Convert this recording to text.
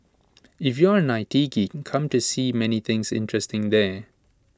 if you are an I T geek come to see many things interesting there